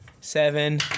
seven